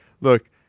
Look